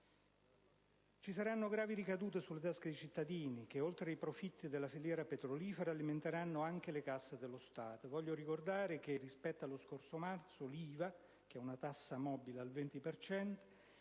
Ci saranno gravi conseguenze per le tasche dei cittadini che, oltre ai profitti della filiera petrolifera, alimenteranno anche le casse dello Stato. Voglio ricordare che, rispetto allo scorso marzo, l'IVA - tassa mobile al 20